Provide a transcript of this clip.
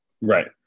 Right